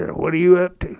what are you up to?